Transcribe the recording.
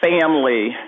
family